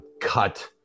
cut